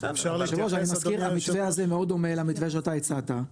אני מזכיר שהמתווה הזה מאוד דומה למתווה שאתה הצעת,